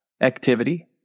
activity